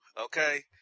Okay